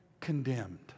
condemned